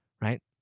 right